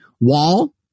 wall